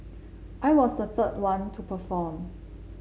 I was the third one to perform